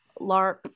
LARP